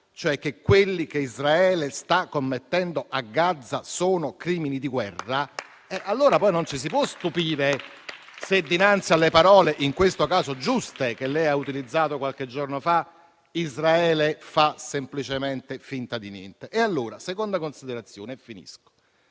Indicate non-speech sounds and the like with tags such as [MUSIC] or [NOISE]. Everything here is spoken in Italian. definire quelli che Israele sta commettendo a Gaza [APPLAUSE] -, poi non ci si può stupire se dinanzi alle parole, in questo caso giuste, che lei ha utilizzato qualche giorno fa, Israele fa semplicemente finta di niente. Termino con una seconda considerazione, che